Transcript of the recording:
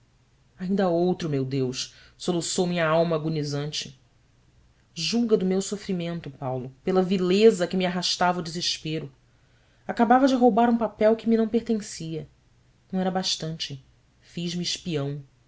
ainda outro meu deus soluçou minha alma agonizante julga do meu sofrimento paulo pela vileza a que me arrastava o desespero acabava de roubar um papel que me não pertencia não era bastante fiz-me espião